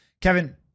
Kevin